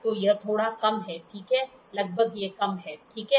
तो यह थोड़ा कम है ठीक है लगभग यह कम हैठीक है